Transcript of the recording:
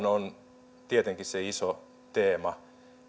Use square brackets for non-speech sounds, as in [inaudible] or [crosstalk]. [unintelligible] on tietenkin se iso teema